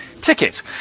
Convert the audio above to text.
ticket